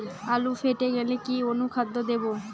আলু ফেটে গেলে কি অনুখাদ্য দেবো?